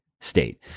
state